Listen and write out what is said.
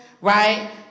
right